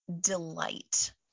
delight